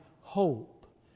hope